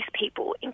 people